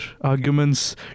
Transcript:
arguments